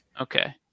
Okay